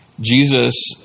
Jesus